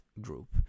group